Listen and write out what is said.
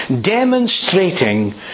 demonstrating